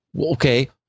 Okay